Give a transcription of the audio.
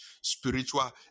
spiritual